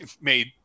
made